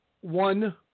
one